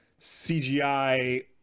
CGI